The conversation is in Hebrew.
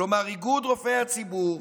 כלומר איגוד רופאי הציבור,